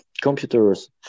computers